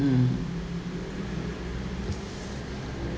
mm